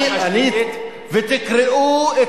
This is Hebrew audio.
תקראו.